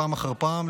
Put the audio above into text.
פעם אחר פעם,